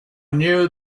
knew